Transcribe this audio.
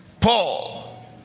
Paul